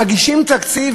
מגישים תקציב,